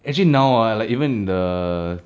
actually now ah like even the